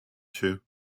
two